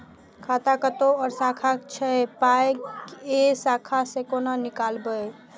खाता कतौ और शाखा के छै पाय ऐ शाखा से कोना नीकालबै?